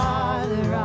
Father